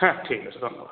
হ্যাঁ ঠিক আছে ধন্যবাদ